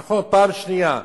נכון, פעם שנייה.